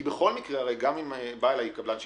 כי גם אם בא אליי קבלן שיפוצים,